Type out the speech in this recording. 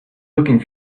looking